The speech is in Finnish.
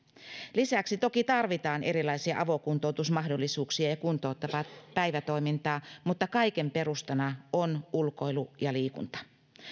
lisäksi toki tarvitaan erilaisia avokuntoutusmahdollisuuksia ja kuntouttavaa päivätoimintaa mutta kaiken perustana on ulkoilu ja liikunta